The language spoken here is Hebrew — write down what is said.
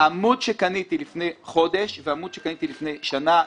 ה העמוד שקניתי לפני חודש והעמוד שקניתי לפני שנה,